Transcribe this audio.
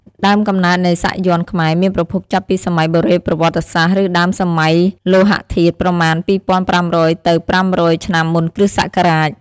ដើមកំណើតនៃសាក់យ័ន្តខ្មែរមានប្រភពចាប់ពីសម័យបុរេប្រវត្តិសាស្ត្រឬដើមសម័យលោហធាតុ ប្រមាណ ២៥០០ ទៅ ៥០០ ឆ្នាំមុនគ្រិស្តសករាជ។